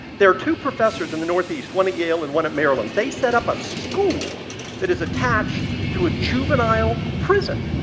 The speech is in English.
there are two professors in the northeast one at yale and one at maryland they set up a school that is attached to a juvenile prison.